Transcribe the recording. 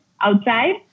outside